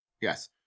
Yes